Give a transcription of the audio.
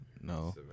No